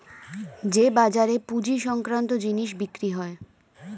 যে বাজারে পুঁজি সংক্রান্ত জিনিস বিক্রি হয়